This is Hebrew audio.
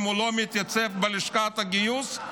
אם הוא לא מתייצב בלשכת הגיוס,